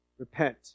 Repent